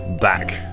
back